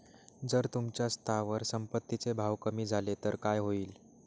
जर तुमच्या स्थावर संपत्ती चे भाव कमी झाले तर काय होईल?